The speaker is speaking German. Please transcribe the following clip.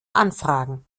anfragen